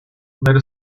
made